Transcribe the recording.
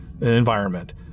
environment